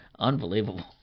Unbelievable